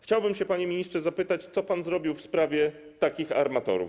Chciałbym, panie ministrze, zapytać: Co pan zrobił w sprawie takich właśnie armatorów?